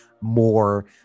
more